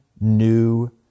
new